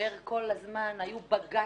דיבר כל הזמן: היו בג"צים,